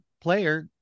player